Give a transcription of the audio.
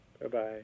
Bye-bye